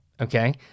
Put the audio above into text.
okay